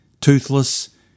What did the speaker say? toothless